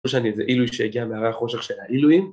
תודה שאתה ראיתם, אילוי שקיעה מהרחוץ, עכשיו שאלה אילוי